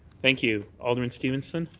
thank you. alderman stevenson?